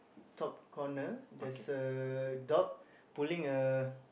top corner there's a dog pulling a